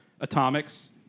Atomics